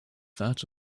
that